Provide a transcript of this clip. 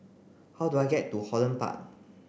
how do I get to Holland Park